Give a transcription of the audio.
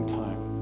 time